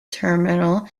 terminal